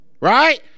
Right